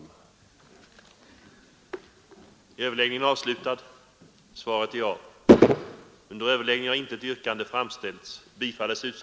mans rätt att utöva sin idrott